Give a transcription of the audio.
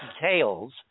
details